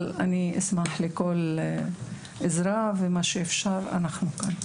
אבל אני אשמח לכל עזרה, ומה שאפשר אנחנו כאן.